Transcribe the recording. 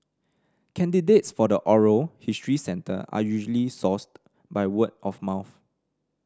candidates for the oral history centre are usually sourced by word of mouth